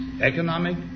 economic